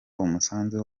umusanzu